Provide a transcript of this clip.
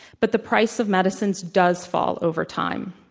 but the price of medicines does fall over time.